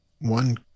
one